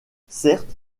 certes